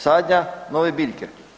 Sadnja nove biljke.